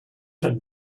had